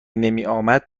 نمیآمد